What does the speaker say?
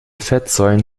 fettsäuren